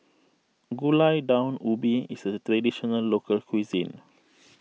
Gulai Daun Ubi is a Traditional Local Cuisine